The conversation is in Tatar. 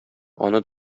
аны